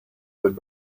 would